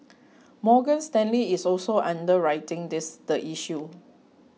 Morgan Stanley is also underwriting this the issue